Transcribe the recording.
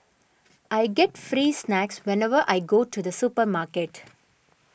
I get free snacks whenever I go to the supermarket